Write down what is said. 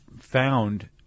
found